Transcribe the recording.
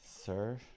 sir